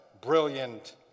brilliant